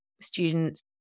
students